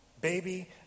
Baby